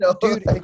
Dude